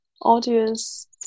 audience